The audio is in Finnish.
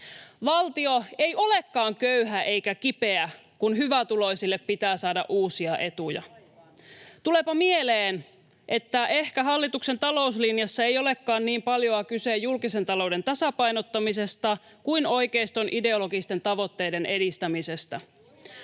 Valtio ei olekaan köyhä eikä kipeä, kun hyvätuloisille pitää saada uusia etuja. Tuleepa mieleen, että ehkä hallituksen talouslinjassa ei olekaan niin paljoa kyse julkisen talouden tasapainottamisesta kuin oikeiston ideologisten tavoitteiden edistämisestä.